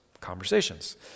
conversations